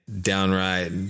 downright